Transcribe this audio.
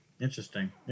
Interesting